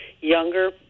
younger